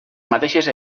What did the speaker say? mateixes